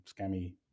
scammy